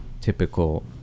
typical